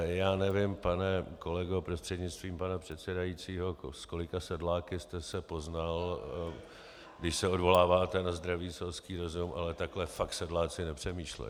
Já nevím, pane kolego prostřednictvím pana předsedající, s kolika sedláky jste se poznal, když se odvoláváte na zdravý selský rozum, ale takhle fakt sedláci nepřemýšlejí.